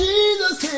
Jesus